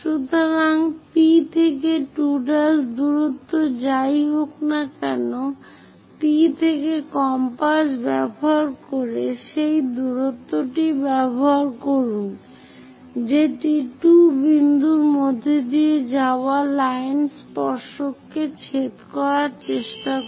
সুতরাং P থেকে 2' দূরত্ব যাই হোক না কেন P থেকে কম্পাস ব্যবহার করে সেই দূরত্বটি ব্যবহার করুন যেটি 2 বিন্দুর মধ্য দিয়ে যাওয়া লাইন স্পর্শককে ছেদ করার চেষ্টা করে